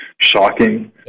shocking